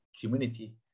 community